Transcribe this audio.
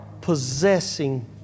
possessing